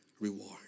Reward